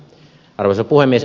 arvoisa puhemies